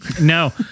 No